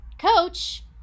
coach